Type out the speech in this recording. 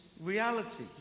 reality